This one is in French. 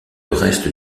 reste